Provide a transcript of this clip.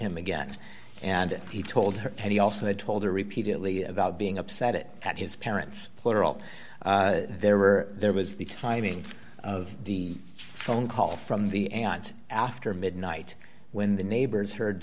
him again and he told her that he also had told her repeatedly about being upset at his parents plural there were there was the timing of the phone call from the aunt after midnight when the neighbors heard